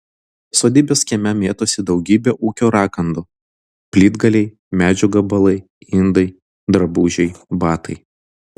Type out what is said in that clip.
sodybos kieme mėtosi daugybė ūkio rakandų plytgaliai medžio gabalai indai drabužiai batai